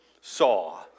saw